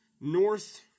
north